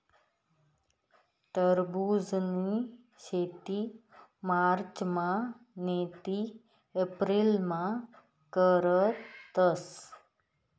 टरबुजनी शेती मार्चमा नैते एप्रिलमा करतस